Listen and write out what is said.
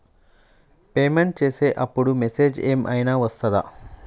Payment చేసే అప్పుడు message ఏం ఐనా వస్తదా?